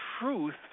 truth